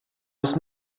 was